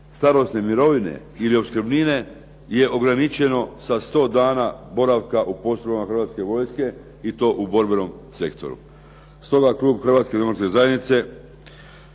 starosne mirovine ili opskrbnine je ograničeno sa sto dana boravka u postrojbama Hrvatske vojske i to u borbenom sektoru. Stoga klub Hrvatske demokratske zajednice,